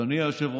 אדוני היושב-ראש,